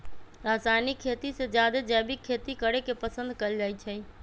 रासायनिक खेती से जादे जैविक खेती करे के पसंद कएल जाई छई